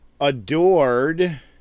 adored